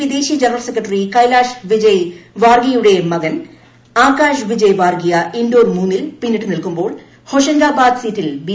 P ദേശീയ general secretary Kailash Vijay വാർഗിയയുടെ മകൻ ആകാശ് വിജയ് വാർഗിയ ഇൻഡോർ മൂന്നിൽ പിന്നിട്ട് നിൽക്കുമ്പോൾ ഹൊഷങ്കാബാദ് സീറ്റിൽ ബി